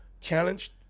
challenged